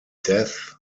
death